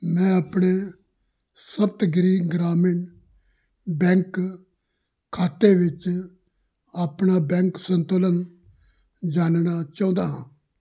ਮੈਂ ਆਪਣੇ ਸਪਤਗਿਰੀ ਗ੍ਰਾਮੀਣ ਬੈਂਕ ਖਾਤੇ ਵਿੱਚ ਆਪਣਾ ਬੈਂਕ ਸੰਤੁਲਨ ਜਾਣਨਾ ਚਾਹੁੰਦਾ ਹਾਂ